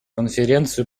конференцию